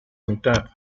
mitad